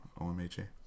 OMHA